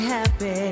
Happy